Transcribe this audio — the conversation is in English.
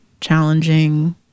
challenging